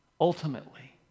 ultimately